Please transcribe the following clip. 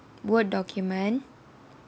Word document